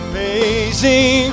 Amazing